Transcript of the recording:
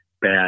bad